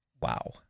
Wow